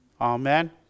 Amen